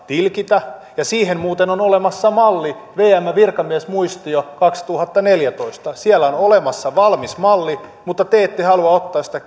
tilkitä ja siihen muuten on olemassa malli vmn virkamiesmuistio kaksituhattaneljätoista siellä on olemassa valmis malli mutta te ette halua ottaa sitä